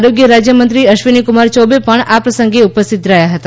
આરોગ્ય રાજ્યમંત્રી અશ્વિનીકુમાર ચૌબે પણ આ પ્રસંગે ઉપસ્થિત રહ્યા હતા